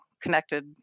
connected